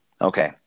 Okay